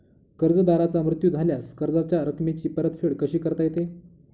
कर्जदाराचा मृत्यू झाल्यास कर्जाच्या रकमेची परतफेड कशी करता येते?